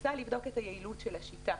ניסה לבדוק את היעילות של השיטה